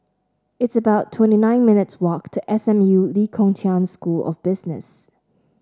it's about twenty nine minutes' walk to S M U Lee Kong Chian School of Business